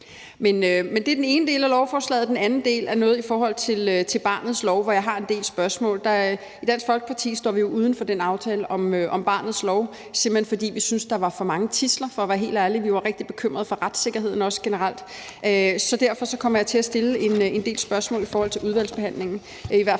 Men det er den ene del af lovforslaget. Den anden del er noget i forhold til barnets lov, hvor jeg har en del spørgsmål. I Dansk Folkeparti står vi uden for aftalen om barnets lov, simpelt hen fordi vi syntes, der var for mange tidsler, for at være helt ærlig; vi var rigtig bekymrede for retssikkerheden og også generelt. Derfor kommer jeg til at stille en del spørgsmål i udvalgsbehandlingen og i hvert fald